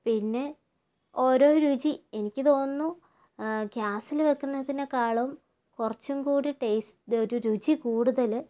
പിന്നെ ഓരോ രുചി എനിക്ക് തോന്നുന്നു ഗ്യാസിൽ വെക്കുന്നതിനേക്കാളും കുറച്ചും കൂടി ടേസ് ഒരു രുചി കൂടുതൽ